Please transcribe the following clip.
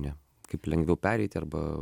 ne kaip lengviau pereiti arba